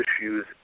issues